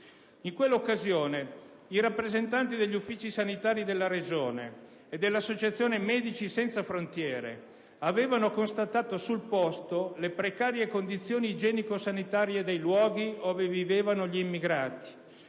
In quell'occasione, i rappresentanti degli uffici sanitari della Regione e dell'associazione Medici senza frontiere avevano constatato sul posto le precarie condizioni igienico-sanitarie dei luoghi ove vivevano gli immigrati.